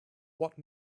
what